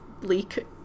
bleak